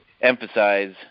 emphasize